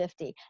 50